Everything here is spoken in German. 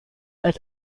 als